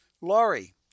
Laurie